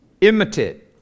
imitate